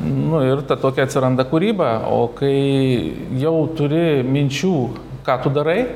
nu ir ta tokia atsiranda kūryba o kai jau turi minčių ką tu darai